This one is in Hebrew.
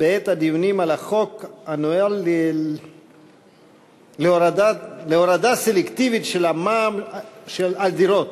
בעת הדיונים על החוק הנואל להורדה סלקטיבית של המע"מ על דירות.